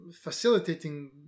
facilitating